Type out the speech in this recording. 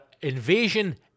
Invasion